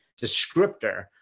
descriptor